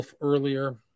earlier